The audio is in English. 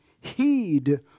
heed